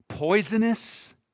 Poisonous